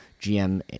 GM